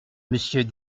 monsieur